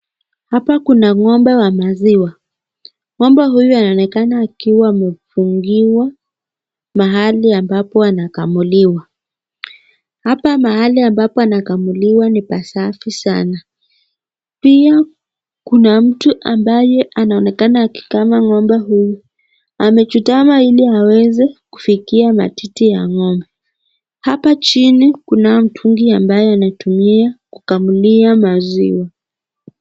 Hapa kuna ng'ombe wa maziwa. Ngo'mbe huyu anaonekana akiwa amefungiwa mahali ambapo anakamuliwa. Hapa mahali ambapo anakamuliwa ni pasafi sana pia kuna mtu ambaye anaonekana akikama ng'ombe huyu. Amechutama ili aweze kufikia matiti ya ng'ombe. Hapa chini kuna mtungi ambaye anatumia kukamulia maziwa.